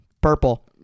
purple